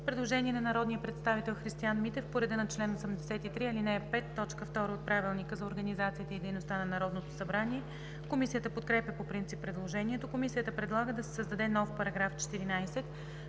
Предложение на народния представител Христиан Митев по реда на чл. 83, ал. 5, т. 2 от Правилника за организацията и дейността на Народното събрание. Комисията подкрепя по принцип предложението. Комисията предлага да се създаде нов § 14: „§ 14.